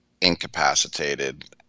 incapacitated